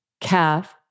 calf